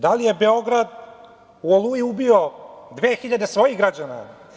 Da li je Beograd u „Oluji“ ubio dve hiljade svojih građana?